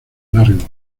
largos